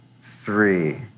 three